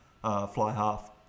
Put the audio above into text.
fly-half